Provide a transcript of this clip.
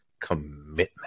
commitment